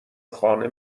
خانه